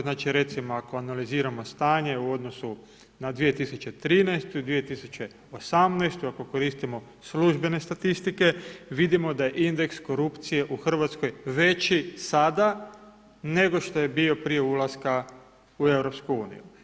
Znači, recimo ako analiziramo stanje u odnosu na 2013. i 2018., ako koristimo službene statistike vidimo da indeks korupcije u Hrvatskoj veći sada nego što je bio prije ulaska u EU.